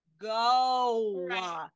Go